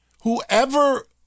Whoever